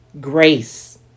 grace